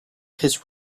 his